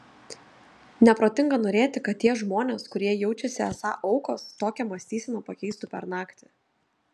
neprotinga norėti kad tie žmonės kurie jaučiasi esą aukos tokią mąstyseną pakeistų per naktį